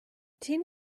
tin